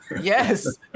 Yes